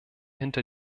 hinter